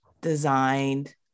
designed